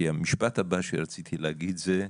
כי המשפט הבא שרציתי להגיד זה,